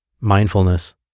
Mindfulness